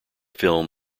film